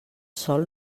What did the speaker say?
sòl